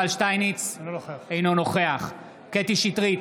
אינו נוכח קטי קטרין שטרית,